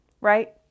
right